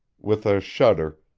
with a shudder,